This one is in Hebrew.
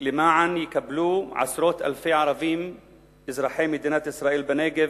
למען יקבלו עשרות אלפי ערבים אזרחי מדינת ישראל בנגב